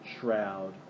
shroud